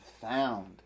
found